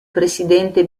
presidente